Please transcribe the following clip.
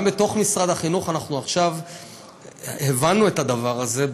גם בתוך משרד החינוך אנחנו עכשיו הבנו את הדבר הזה.